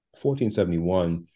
1471